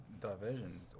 diversion